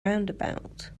roundabout